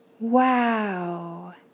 Wow